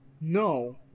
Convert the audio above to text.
no